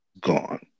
gone